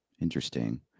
Interesting